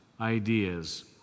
ideas